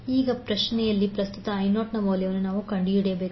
22°A ಈಗ ಪ್ರಶ್ನೆಯಲ್ಲಿ ಪ್ರಸ್ತುತ I0 ನ ಮೌಲ್ಯವನ್ನು ನಾವು ಕಂಡುಹಿಡಿಯಬೇಕು